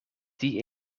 die